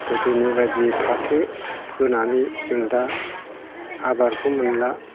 गोदोनि बायदि फाथो फोनानै जों दा आबादखौ मोनला